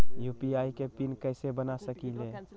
UPI के PIN कैसे बना सकीले?